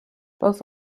both